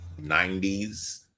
90s